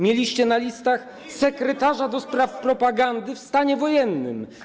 Mieliście na listach sekretarza do spraw propagandy w stanie wojennym.